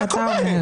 מה קורה?